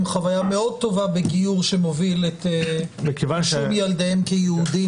חוויה מאוד טובה בגיור שמוביל את רישום ילדיהם כיהודים